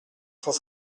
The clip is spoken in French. cent